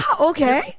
okay